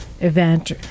event